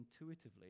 intuitively